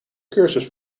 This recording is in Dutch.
cursus